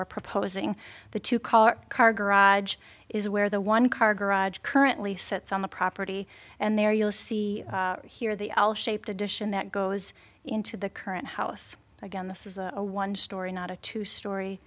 we're proposing the two car car garage is where the one car garage currently sits on the property and there you'll see here the al shaped addition that goes into the current house again this is a one story not a two stor